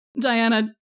Diana